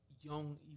young